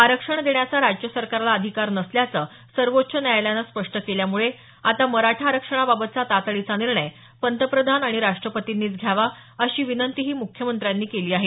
आरक्षण देण्याचा राज्य सरकारला अधिकार नसल्याचं सर्वोच्च न्यायालयानं स्पष्ट केल्यामुळे आता मराठा आरक्षणाबाबतचा तातडीचा निर्णय पंतप्रधान आणि राष्ट्रपतींनीच घ्यावा अशी विनंतीही मुख्यमंत्र्यांनी केली आहे